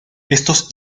estos